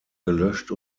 gelöscht